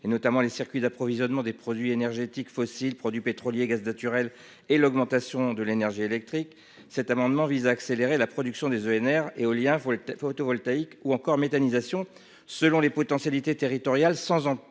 et notamment les circuits d'approvisionnement des produits énergétiques fossiles produits pétroliers. Le gaz naturel et l'augmentation de l'énergie électrique cet amendement vise à accélérer la production des ENR éolien ou le photovoltaïque ou encore méthanisation selon les potentialités territoriale sans amputer